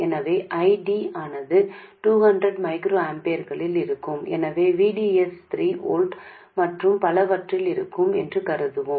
எனவே I D ஆனது 200 மைக்ரோஆம்பியர்களில் இருக்கும் எனவே V D S 3 வோல்ட் மற்றும் பலவற்றில் இருக்கும் என்று கருதுவோம்